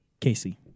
Casey